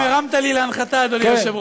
איך אומרים, הרמת לי להנחתה, אדוני היושב-ראש.